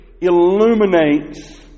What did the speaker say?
illuminates